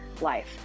life